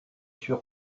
sûr